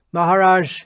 Maharaj